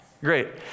Great